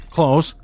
Close